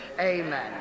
Amen